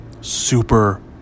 super